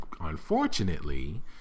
unfortunately